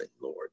Lord